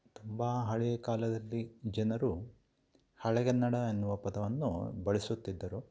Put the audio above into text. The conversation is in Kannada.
ತುಂಬ ಹಳೆ ಕಾಲದಲ್ಲಿ ಜನರು ಹಳೆಗನ್ನಡ ಎನ್ನುವ ಪದವನ್ನು ಬಳಸುತ್ತಿದ್ದರು